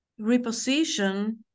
reposition